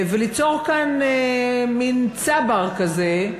וליצור כאן מין צבר כזה,